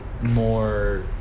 More